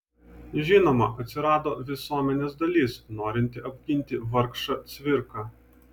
žinoma atsirado visuomenės dalis norinti apginti vargšą cvirką